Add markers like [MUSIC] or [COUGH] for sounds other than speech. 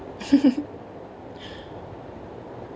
[LAUGHS]